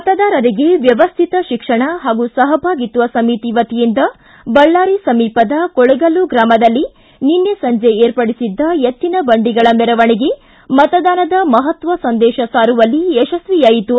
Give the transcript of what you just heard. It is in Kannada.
ಮತದಾರರಿಗೆ ವ್ಣವಸ್ಥಿತ ಶಿಕ್ಷಣ ಹಾಗೂ ಸಹಭಾಗಿತ್ವ ಸಮಿತಿ ವತಿಯಿಂದ ಬಳ್ಳಾರಿ ಸಮೀಪದ ಕೊಳಗಲ್ಲು ಗ್ರಾಮದಲ್ಲಿ ನಿನ್ನೆ ಸಂಜೆ ಏರ್ಪಡಿಸಿದ್ದ ಎತ್ತಿನ ಬಂಡಿಗಳ ಮೆರವಣಿಗೆ ಮತದಾನದ ಮಹತ್ವ ಸಂದೇಶ ಸಾರುವಲ್ಲಿ ಯಶಸ್ವಿಯಾಯಿತು